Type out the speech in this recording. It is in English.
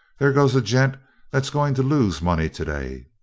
there goes a gent that's going to lose money today!